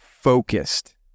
focused